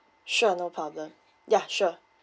sure no problem yeah sure